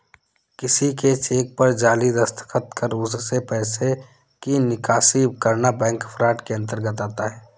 किसी के चेक पर जाली दस्तखत कर उससे पैसे की निकासी करना बैंक फ्रॉड के अंतर्गत आता है